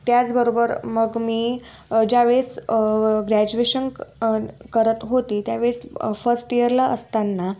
त्याचबरोबर मग मी ज्यावेळेस ग्रॅज्युएशन करत होते त्यावेळेस फर्स्ट इयरला असताना